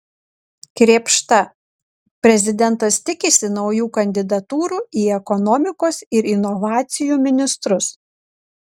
krėpšta prezidentas tikisi naujų kandidatūrų į ekonomikos ir inovacijų ministrus